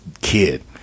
kid